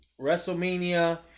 WrestleMania